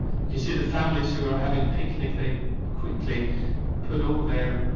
you can see the families who are having picnic. they quickly put all their